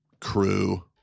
crew